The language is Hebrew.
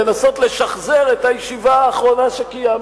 לנסות לשחזר את הישיבה האחרונה שקיימתם,